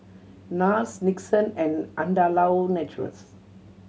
Nars Nixon and Andalou Naturals